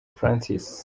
francis